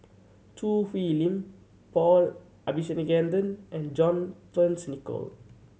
Choo Hwee Lim Paul Abisheganaden and John Fearns Nicoll